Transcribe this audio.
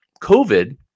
COVID